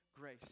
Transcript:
grace